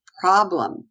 problem